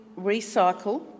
recycle